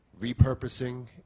repurposing